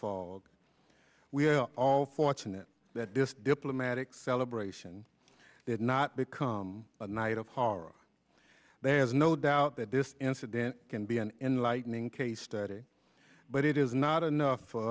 fall we are all fortunate that this diplomatic celebration did not become a night of horror there is no doubt that this incident can be an enlightening case study but it is not enough